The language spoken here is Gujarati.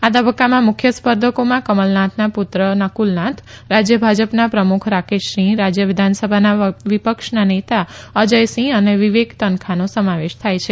આ તબક્કામાં મુખ્ય સ્પર્ધકોમાં કમલનાથના પુત્ર નકુલનાથ રાજ્ય ભાજપના પ્રમુખ રાકેશ સિંહ રાજ્ય વિધાનસભાના વિપક્ષના નેતા અજયસિંહ અને વિવેક તનખાનો સમાવેશ થાય છે